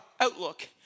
outlook